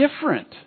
different